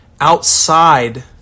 outside